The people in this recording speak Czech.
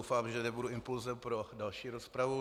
Doufám, že nebudu impulsem pro další rozpravu.